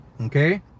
Okay